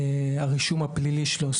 הרישום הפלילי שלו,